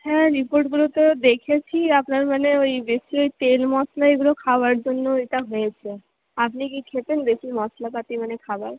হ্যাঁ রিপোর্টগুলো তো দেখেছি আপনার মানে ওই বেশি তেল মশলা এগুলো খাওয়ার জন্য এটা হয়েছে আপনি কি খেতেন বেশি মশলাপাতি মানে খাবার